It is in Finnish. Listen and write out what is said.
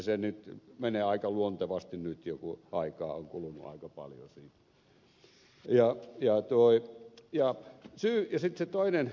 nyt se menee aika luontevasti jo kun aikaa on kulunut aika paljon siitä